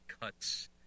cuts